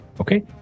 okay